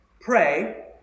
pray